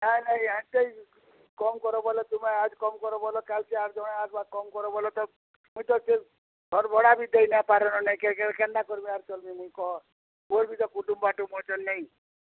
ନାଇଁ ନାଇଁ ହେନ୍ତି କମ୍ କର ବେଲେ ତୁମେ ଆଜ୍ କମ୍ କର୍ବ ବେଲେ କାଲ୍କେ ଆର୍ ଜଣେ ଆସ୍ବା କମ୍ କର ବେଲେ ତ ମୁଇଁ ତ ଘର୍ ଭଡ଼ା ବି ଦେଇନାଇଁପାରେନ ନାଇଁ କେନ୍ତା କର୍ମି ଆର୍ ଚଲ୍ମିଁ ମୁଇଁ କହ ମୋର୍ ବି ତ କୁଟୁମ୍ ବାଟୁମ୍ ଅଛନ୍ ନାଇଁ